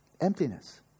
emptiness